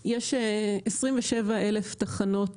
יש 27,000 תחנות